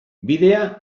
bidea